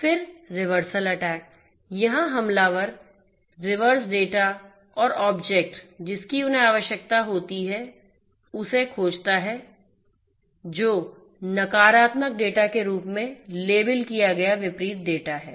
फिररिवर्सल attack यहां हमलावर reverse data और ऑब्जेक्ट जिसकी उन्हें आवश्यकता होती है उसे खोजता है जो नकारात्मक डेटा के रूप में लेबल किए गए विपरीत डेटा है